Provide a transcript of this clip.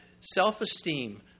Self-esteem